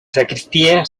sacristía